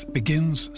begins